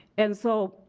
and so,